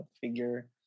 figure